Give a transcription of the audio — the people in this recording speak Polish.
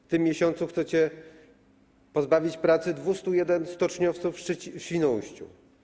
W tym miesiącu chcecie pozbawić pracy 201 stoczniowców w Świnoujściu.